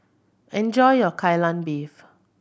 enjoy your Kai Lan Beef